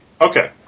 Okay